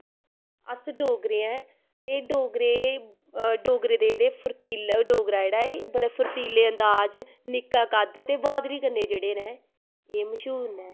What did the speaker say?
अस डोगरे ऐं एह् डोगरे डोगरे दे जेह्ड़े फुर्तील डोगरा जेह्ड़ा एह् बड़ा फुर्तीले अंदाज निक्का कद्द ते बहादरी कन्नै जेह्ड़े नै एह् मश्हूर नै